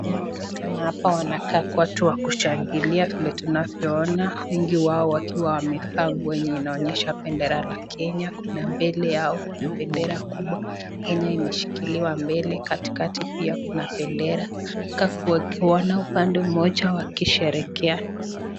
Inayoonekana hapa wanakaa kuwa watu wa kushangilia vile tunavyoona, wengi wao wakiwa wamevaa nguo yenye inaonyesha bendera la Kenya, kuna mbele yao kuna bendera kubwa ya Kenya imeshikiliwa mbele, katikati pia kuna bendera. Wanakaa kuwa upande moja wakisherehekea.